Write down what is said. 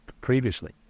previously